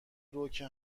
روکه